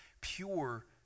pure